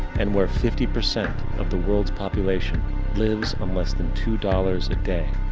and, where fifty percent of the world's population lives on less than two dollars a day.